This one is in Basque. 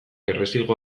errezilgo